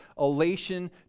elation